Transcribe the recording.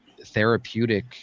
therapeutic